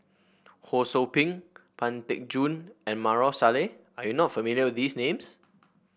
Ho Sou Ping Pang Teck Joon and Maarof Salleh are you not familiar with these names